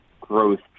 growth